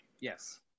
Yes